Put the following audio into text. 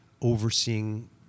overseeing